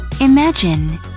Imagine